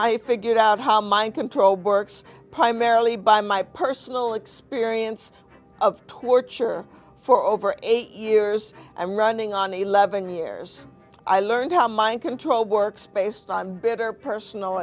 i figured out how mind control works primarily by my personal experience of torture for over eight years i'm running on eleven years i learned how mind controlled work space time bitter personal